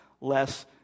less